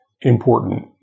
important